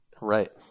Right